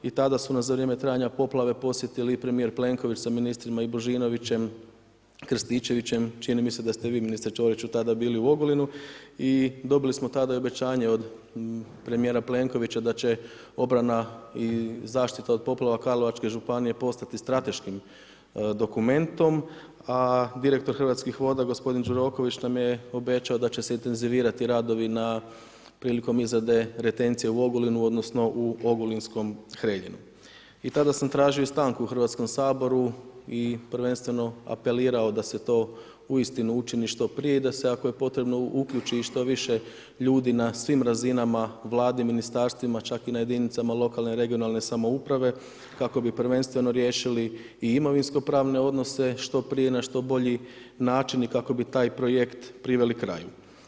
I tada su nas za vrijeme trajanja poplave podsjetili i premijer Plenković sa ministrima i Božinovićem, Krstičevićem, čini mi se da ste i vi ministre Ćoriću bili u Ogulinu i dobili smo tada i obećanje od premijera Plenkovića da će obrana i zaštita od poplava Karlovačke županije postati strateškim dokumentom, a direktor Hrvatskih voda gospodin Đuroković nam je obećao da će se intenzivirati radovi na prilikom izrade retencija u Ogulinu odnosno u Ogulinskom Hreljinu i tada sam tražio i stanku u HS-u i prvenstveno apelirao da se to uistinu učini što prije i da se ako je potrebno uključi i što više ljudi na svim razinama, Vladi, ministarstvima, čak i na jedinicama lokalne regionalne samouprave kako bi prvenstveno riješili i imovinskopravne odnose što prije, na što bolji način i kako bi taj projekt priveli kraju.